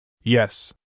Yes